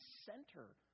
center